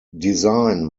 design